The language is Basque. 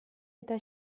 eta